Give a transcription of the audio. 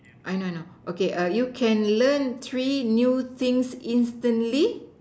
I know I know okay you can learn three new things instantly